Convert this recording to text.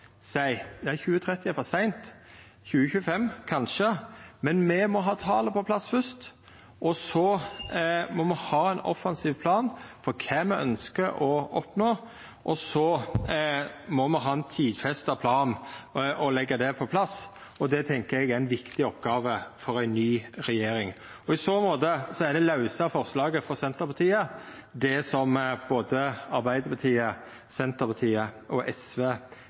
2030 er for seint, 2025 kanskje, men me må ha tala på plass først. Så må me ha ein offensiv plan for kva me ønskjer å oppnå, og så må me ha ein tidfesta plan og leggja det på plass. Det tenkjer eg er ei viktig oppgåve for ei ny regjering. I så måte er forslaget frå Senterpartiet det som både Arbeidarpartiet, Senterpartiet og SV